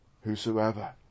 Whosoever